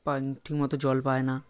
পান ঠিকমতো জল পায় না